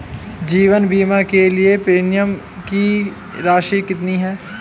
जीवन बीमा के लिए प्रीमियम की राशि कितनी है?